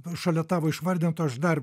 šalia tavo išvardintų aš dar